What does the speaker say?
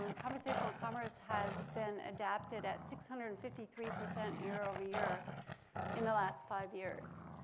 conversational commerce has been adapted at six hundred and fifty three percent year-over-year in the last five years.